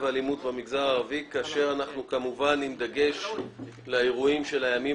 והאלימות במגזר הערבי כאשר אנחנו עם דגש לאירועים של הימים